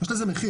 יש לזה מחיר.